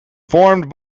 formed